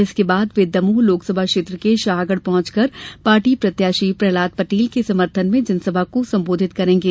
इसके बाद वे दमोह लोकसभा क्षेत्र के शाहगढ़ पहुंचकर पार्टी प्रत्याशी प्रहलाद पटेल के समर्थन में जनसभा को संबोधित करेंगे